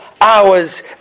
hours